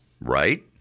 right